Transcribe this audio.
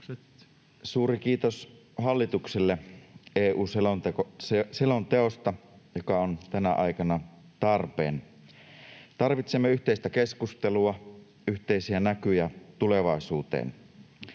Suuri kiitos hallitukselle EU-selonteosta, joka on tänä aikana tarpeen. Tarvitsemme yhteistä keskustelua, yhteisiä näkyjä tulevaisuuteen.